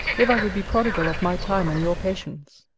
if i would be prodigal of my time and your patience,